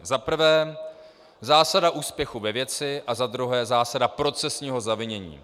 Za prvé zásada úspěchu ve věci a za druhé zásada procesního zavinění.